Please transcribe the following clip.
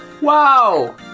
Wow